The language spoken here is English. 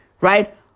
right